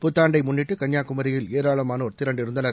புத்தாண்டை முன்னிட்டு கன்னியாகுமரியில் ஏராளமானோர் திரண்டிருந்தனர்